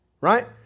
right